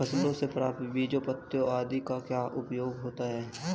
फसलों से प्राप्त बीजों पत्तियों आदि का क्या उपयोग होता है?